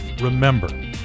Remember